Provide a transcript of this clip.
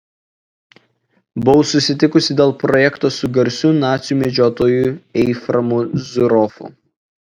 buvau susitikusi dėl projekto su garsiu nacių medžiotoju efraimu zuroffu